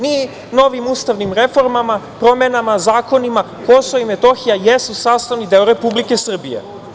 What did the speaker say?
Mi novim ustavnim reformama, promenama, zakonima, Kosovo i Metohija jesu sastavni deo Republike Srbije.